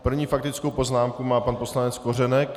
První faktickou poznámku má pan poslanec Kořenek.